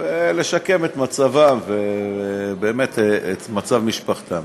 ולשקם את מצבם ואת מצב משפחתם.